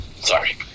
sorry